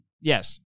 Yes